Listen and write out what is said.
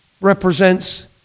represents